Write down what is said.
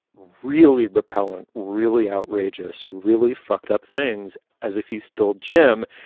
really repellent, really outrageous, really fucked up things, as if he's still jim.